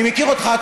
אני מכיר אותך.